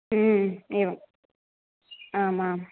आम् एवम् आम् आम्